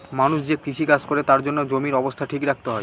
মানুষ যে কৃষি কাজ করে তার জন্য জমির অবস্থা ঠিক রাখতে হয়